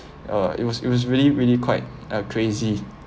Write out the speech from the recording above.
uh it was it was really really quite uh crazy